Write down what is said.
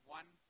one